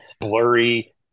blurry